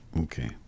okay